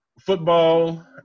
football